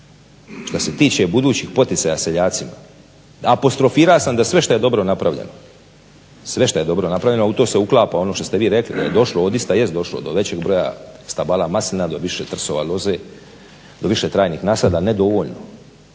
Što se tiče budućih poticaja seljacima, apostrofirao sam da sve što je dobro napravljeno, a u to se uklapa ono što ste vi rekli da je došlo, odista jest došlo do većeg broja stabala maslina, do više trsova loze, do više trajnih nasada ali nedovoljno.